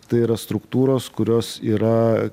tai yra struktūros kurios yra